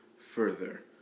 further